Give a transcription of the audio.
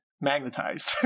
magnetized